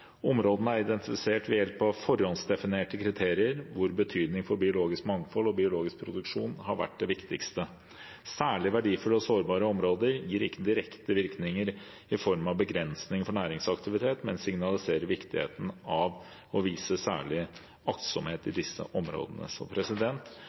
Områdene er identifisert ved hjelp av forhåndsdefinerte kriterier, hvor betydning for biologisk mangfold og biologisk produksjon har vært det viktigste. Særlig verdifulle og sårbare områder gir ikke direkte virkninger i form av begrensning for næringsaktivitet, men signaliserer viktigheten av å vise særlig aktsomhet i